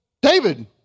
David